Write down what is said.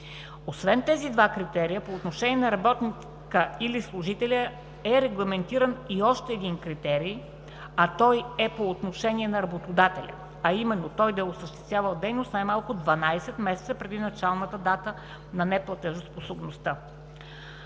Освен тези два критерия по отношение на работника или служителя е регламентиран и още един критерий, а той е по отношение на работодателя, а именно той да е осъществявал дейност най-малко 12 месеца преди началната дата на неплатежоспособността.